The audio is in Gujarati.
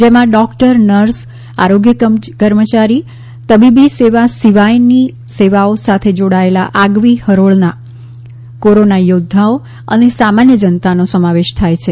જેમાં ડોકટર નર્સ આરોગ્ય કર્મચારી તબીબી સેવા સિવાયની સેવાઓ સાથે જોડાયેલા આગવી હરોળના કોરોના યોધ્ધા અને સામાન્ય જનતાનો સમાવેશ થાય છે